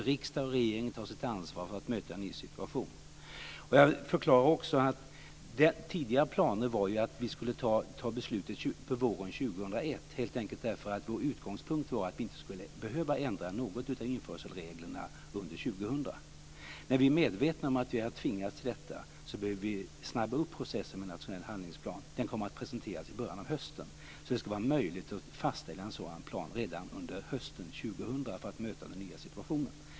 Riksdag och regering måste ta sitt ansvar för att möta en ny situation. Jag förklarade också att den tidigare planen ju var att vi skulle fatta beslut våren 2001, helt enkelt för att vår utgångspunkt var att vi inte skulle behöva ändra på något i införselreglerna under 2000. När vi är medvetna om att vi har tvingats till detta behöver vi snabba upp processen med en nationell handlingsplan. Den kommer att presenteras i början av hösten. Det ska alltså vara möjligt att fastställa en sådan plan redan under hösten år 2000 för att möta den nya situationen.